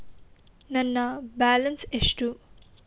ನನ್ನ ಬ್ಯಾಲೆನ್ಸ್ ಎಷ್ಟು?